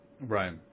right